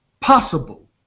possible